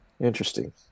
Interesting